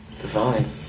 Divine